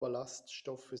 ballaststoffe